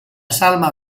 salma